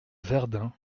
verdun